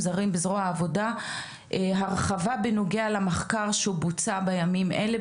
הזרות בזרוע העבודה הרחבה בנוגע למחקר שמבוצע בימים אלה,